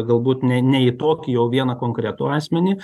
galbūt ne ne į tokį o vieną konkretų asmenį